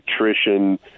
nutrition